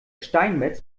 steinmetz